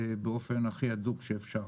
באופן הכי הדוק שאפשר.